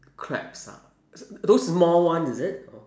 crabs ah those small one is it or